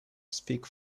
speak